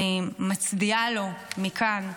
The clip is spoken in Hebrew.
אני מצדיעה לו מכאן,